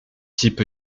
type